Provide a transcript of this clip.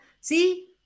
see